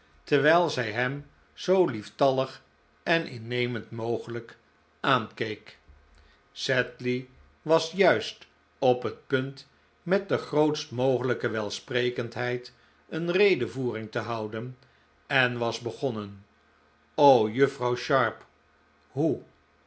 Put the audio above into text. terwijl zij hem zoo lieftallig en innemend mogelijk aankeek sedley was juist op het punt met de grootst mogelijke welsprekendheid een redevoering te houden en was begonnen o juffrouw sharp hoe